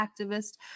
activist